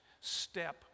step